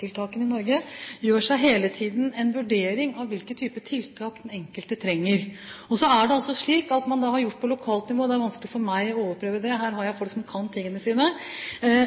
i Norge – hele tiden gjør en vurdering av hvilken type tiltak den enkelte trenger. Og så er det altså slik at det man har gjort på lokalt nivå, er det vanskelig for meg å overprøve. Der har jeg folk som kan tingene sine.